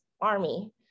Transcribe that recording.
army